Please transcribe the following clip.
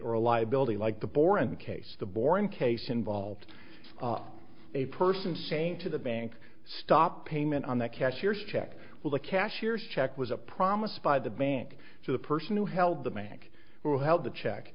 a liability like the bor in the case the boring case involved of a person saying to the bank stop payment on the cashier's check with a cashier's check was a promise by the bank to the person who held the manc who held the check